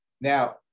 Now